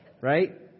Right